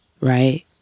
right